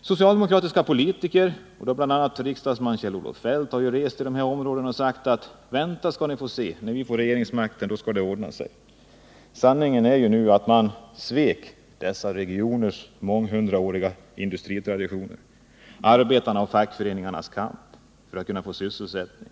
Socialdemokratiska politiker, bl.a. riksdagsmannen Kjell-Olof Feldt, har rest i dessa områden och sagt: Vänta tills vi får regeringsmakten; då skall det ordna sig. Sanningen är nu att man svek dessa regioners månghundraåriga industritraditioner samt arbetarnas och fackföreningarnas kamp för att få sysselsättning.